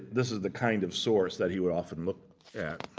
this is the kind of source that he would often look at.